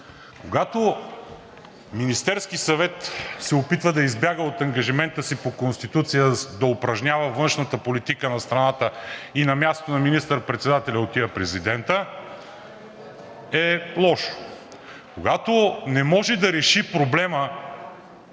Когато Министерският съвет се опитва да избяга от ангажимента си по Конституция да упражнява външната политика на страната и на мястото на министър-председателя отива президентът, е лошо. Когато не може да реши проблема,